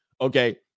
Okay